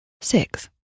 six